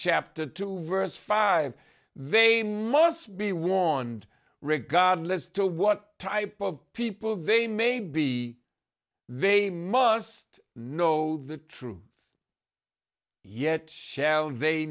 chapter two verse five they must be warned regardless of what type of people they may be they must know the truth yet